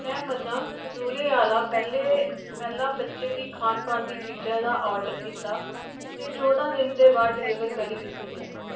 में मन्नना खजूरें आह्ला पैह्लें पैह्ला बच्चे दी खान पीन दी चीजां दा आर्डर कीता ते चौह्दां दिन दे बाद डलीवर करी दित्ता गेआ